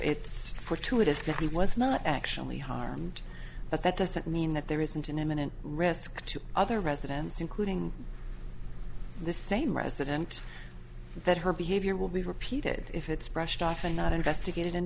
that he was not actually harmed but that doesn't mean that there isn't an imminent risk to other residents including the same resident that her behavior will be repeated if it's brushed off and not investigated and